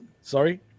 Sorry